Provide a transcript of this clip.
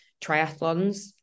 triathlons